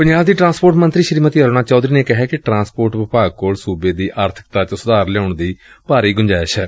ਪੰਜਾਬ ਦੀ ਟਰਾਂਸਪੋਰਟ ਮੰਤਰੀ ਸ੍ਰੀਮਤੀ ਅਰੁਣਾ ਚੌਧਰੀ ਨੇ ਕਿਹੈ ਕਿ ਟਰਾਂਸਪੋਰਟ ਵਿਭਾਗ ਕੋਲ ਸੁਬੇ ਦੀ ਆਰਥਿਕਤਾ ਚ ਸੁਧਾਰ ਲਿਆਉਣ ਦੀ ਭਾਰੀ ਗੁੰਜਇਸ਼ ਏ